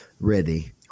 ready